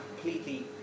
completely